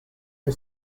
are